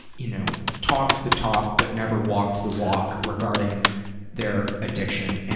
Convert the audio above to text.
you know talked the talk but never walked the walk regarding their addiction, and